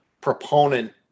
proponent